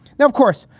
now, of course,